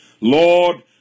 Lord